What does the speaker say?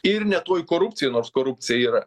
ir ne toj korupcijoj nors korupcija yra